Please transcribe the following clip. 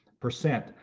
percent